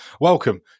Welcome